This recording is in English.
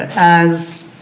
as